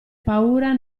paura